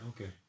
okay